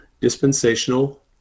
dispensational